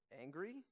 angry